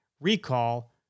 recall